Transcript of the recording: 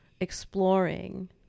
exploring